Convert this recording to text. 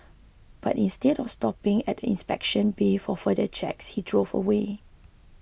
but instead of stopping at the inspection bay for further checks he drove away